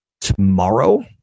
tomorrow